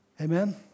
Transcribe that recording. Amen